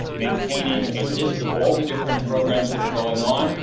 maintaining a list of all the different programs that are going on.